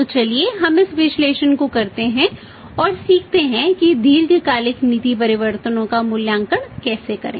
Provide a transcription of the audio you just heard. तो चलिए हम इस विश्लेषण को करते हैं और सीखते हैं कि दीर्घकालिक नीति परिवर्तनों का मूल्यांकन कैसे करें